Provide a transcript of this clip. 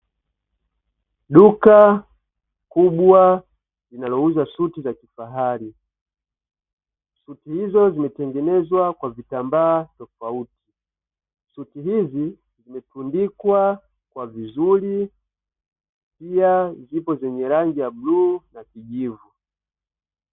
Duka kubwa linalouza suti za kifahari, suti hizo zimetengenezwa kwa vitambaa tofauti. Suti hizi zimetundikwa vizuri, pia zipo zenye rangi ya bluu na kijivu.